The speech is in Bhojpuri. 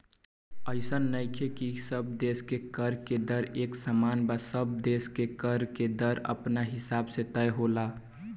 अइसन नइखे की सब देश के कर के दर एक समान बा सब देश के कर के दर अपना हिसाब से तय रहेला